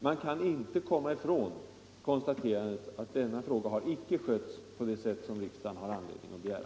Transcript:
Man kan inte komma ifrån konstaterandet, att denna fråga inte har skötts på det sätt som riksdagen har haft anledning att begära.